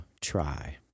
try